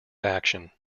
action